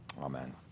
Amen